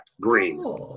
Green